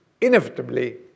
inevitably